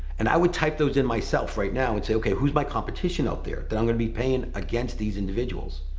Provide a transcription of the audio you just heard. and i would type those in myself right now and say, okay, who's my competition out there that i'm gonna be paying against these individuals.